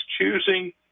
choosing